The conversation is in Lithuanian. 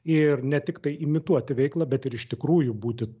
ir ne tiktai imituoti veiklą bet ir iš tikrųjų būti